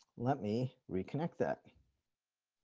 let me reconnect that